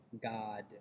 God